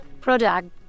product